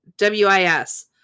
WIS